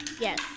Yes